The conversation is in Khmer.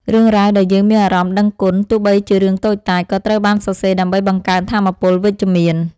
រឿងរ៉ាវដែលយើងមានអារម្មណ៍ដឹងគុណ ទោះបីជារឿងតូចតាច ក៏ត្រូវបានសរសេរដើម្បីបង្កើនថាមពលវិជ្ជមាន។